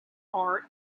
art